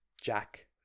Jack